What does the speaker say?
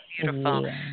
Beautiful